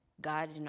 God